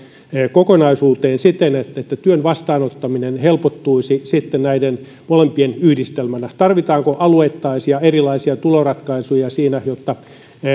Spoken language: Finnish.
kokonaisuuteen siten että että työn vastaanottaminen helpottuisi sitten näiden molempien yhdistelmänä tarvitaanko alueittaisia erilaisia tuloratkaisuja jotta